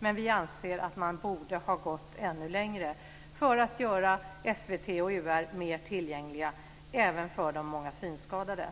Men vi anser att man borde ha gått ännu längre för att göra SVT och UR mer tillgängliga även för de många synskadade.